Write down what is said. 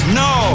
no